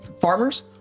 farmers